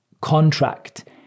contract